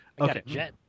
okay